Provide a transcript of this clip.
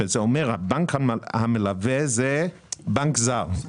שזה אומר שהבנק המלווה הוא בנק זר,